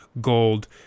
gold